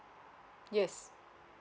yes